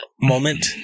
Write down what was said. moment